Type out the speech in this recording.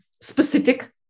specific